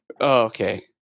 Okay